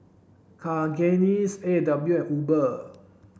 Cakenis A and W and Uber